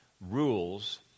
rules